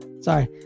sorry